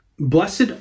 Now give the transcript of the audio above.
Blessed